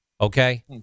okay